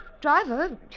driver